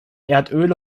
erdöl